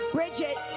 Bridget